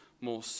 more